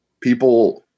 people